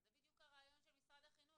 אבל זה בדיוק הרעיון של משרד החינוך